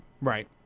Right